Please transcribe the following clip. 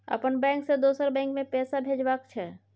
अपन बैंक से दोसर बैंक मे पैसा भेजबाक छै?